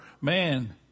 man